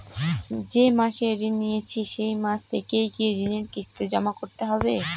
যে মাসে ঋণ নিয়েছি সেই মাস থেকেই কি ঋণের কিস্তি জমা করতে হবে?